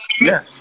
Yes